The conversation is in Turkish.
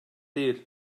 değil